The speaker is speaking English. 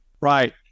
Right